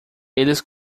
eles